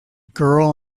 girl